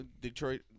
Detroit